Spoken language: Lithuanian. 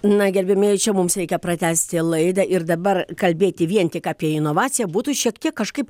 na gerbiamieji čia mums reikia pratęsti laidą ir dabar kalbėti vien tik apie inovaciją būtų šiek tiek kažkaip